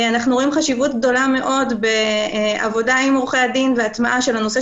ואנחנו רואים חשיבות גדולה מאוד בעבודה עם עורכי הדין והטמעה של הנושא